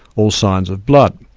all signs of blood.